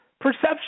Perception